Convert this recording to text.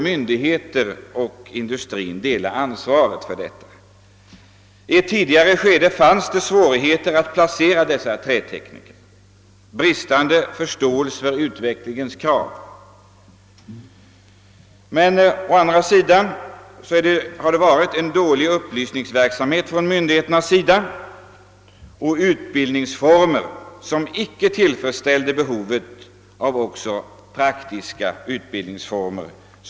Myndigheterna och industrin får dela ansvaret. I ett tidigare skede rådde svårigheter att placera träteknikerna — det förelåg bristande förståelse för utvecklingens krav. Men å andra sidan har myndigheternas <upplysningsverksamhet varit dålig, och utbildningsformerna har inte tillfredsställt träindustrins behov av även praktisk utbildning.